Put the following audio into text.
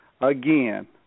Again